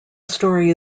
story